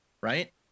Right